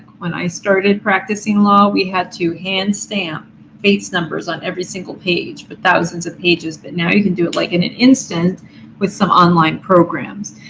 when i started practicing law, we had to hand-stamp bates numbers on every single page for thousands of pages. but now you can do it like in an instant with some online programs.